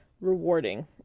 rewarding